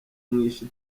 mwishe